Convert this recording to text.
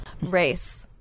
Race